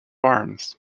arms